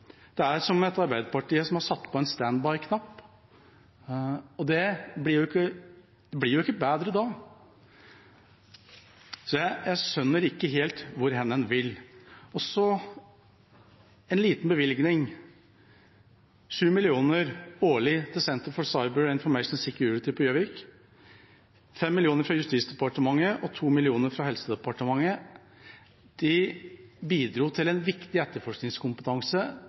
og lære barn et språk, bruke sertifiserte programmer, som man gjør på Sortland. Det er som om Arbeiderpartiet har satt på en «stand by»-knapp, og det blir jo ikke bedre da. Så jeg skjønner ikke helt hvor man vil. Så en liten bevilgning, 7 mill. kr årlig til Center for Cyber and Information Security på Gjøvik, 5 mill. kr fra Justisdepartementet og 2 mill. kr fra Helsedepartementet. De bidro til en viktig etterforskningskompetanse